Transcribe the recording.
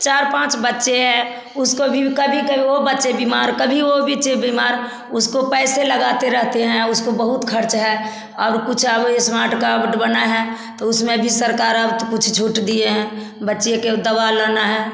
चार पाँच बच्चे हैं उसको भी कभी कभी वे बच्चे बीमार कभी वे बच्चे बीमार उसको पैसे लगाते रहते हैं उसको बहुत खर्च है और कुछ अब एस्मार्ट कार्ड बना है तो उसमें भी सरकार अब तो कुछ छूट दिए हैं बच्चे के दवा लाना है